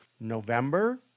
November